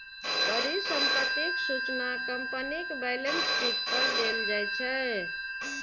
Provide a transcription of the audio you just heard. परिसंपत्तिक सूचना कंपनीक बैलेंस शीट पर देल जाइ छै